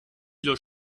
kilo